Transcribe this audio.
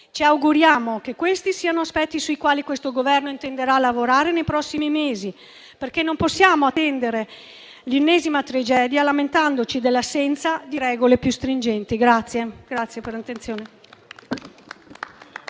Ci auguriamo che questi siano aspetti sui quali questo Governo intenderà lavorare nei prossimi mesi, perché non possiamo attendere l'ennesima tragedia lamentandoci dell'assenza di regole più stringenti. **Saluto